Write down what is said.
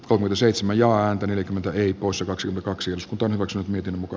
oman seitsemän joaa neljäkymmentä eri koossa kaksi kaksi osku torrokset miten muka